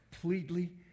completely